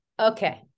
Okay